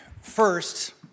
First